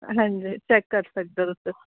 ਹਾਂਜੀ ਚੈੱਕ ਕਰ ਸਕਦੇ ਹੋ ਤੁਸੀਂ